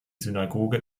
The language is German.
synagoge